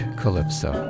calypso